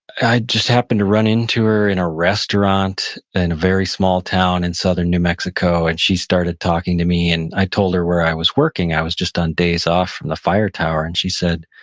i just happened to run into her in a restaurant in a very small town in southern new mexico, and she started talking to me, and i told her where i was working. i was just on days off from the fire tower, and she said,